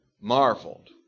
marveled